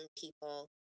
people